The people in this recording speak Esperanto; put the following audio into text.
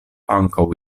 ankaŭ